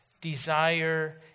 desire